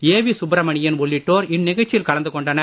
AV Subramanian உள்ளிட்டோர் இந்நிகழ்ச்சியில் கலந்து கொண்டனர்